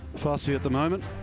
fassi at the moment.